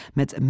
met